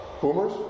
boomers